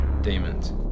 Demons